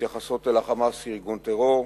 המתייחסות אל ה"חמאס" כאל ארגון טרור,